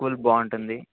school బాగుంటుంది